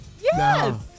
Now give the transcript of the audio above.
Yes